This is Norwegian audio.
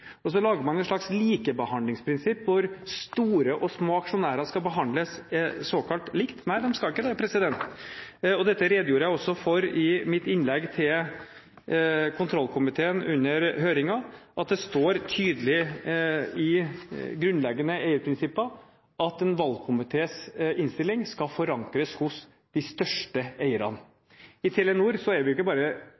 og så lager man et slags likebehandlingsprinsipp hvor store og små aksjonærer skal behandles såkalt likt. Nei, de skal ikke det. Dette redegjorde jeg også for i mitt innlegg til kontrollkomiteen under høringen, at det står tydelig i NUES’ grunnleggende prinsipper at en valgkomités innstilling skal forankres hos de største eierne.